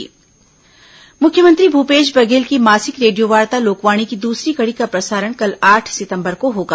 लोकवाणी मुख्यमंत्री भूपेश बघेल की मासिक रेडियो वार्ता लोकवाणी की दूसरी कड़ी का प्रसारण कल आठ सितंबर को होगा